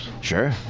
sure